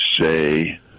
say